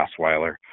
Osweiler